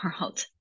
world